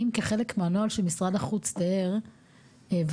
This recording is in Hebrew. האם כחלק מהנוהל שמשרד החוץ תיאר והקליטה,